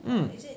mm